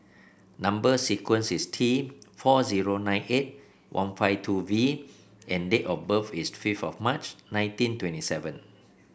number sequence is T four zero nine eight one five two V and date of birth is fifth of March nineteen twenty seven